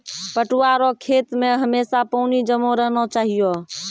पटुआ रो खेत मे हमेशा पानी जमा रहना चाहिऔ